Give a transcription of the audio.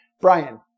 Brian